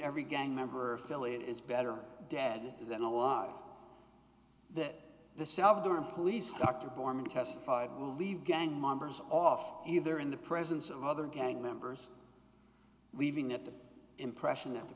every gang member affiliate is better dead than alive that the salvadoran police dr bormann testified will leave gang members off either in the presence of other gang members leaving at the impression that the